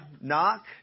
knock